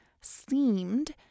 seemed